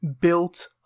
built